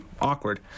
awkward